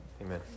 Amen